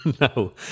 No